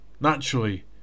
Naturally